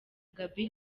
gaby